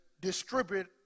distribute